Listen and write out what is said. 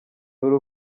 dore